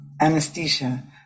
anesthesia